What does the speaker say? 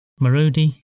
Marudi